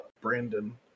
Brandon